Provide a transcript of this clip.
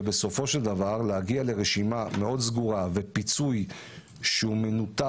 ובסופו של דבר להגיע לרשימה סגורה ופיצוי שמנותק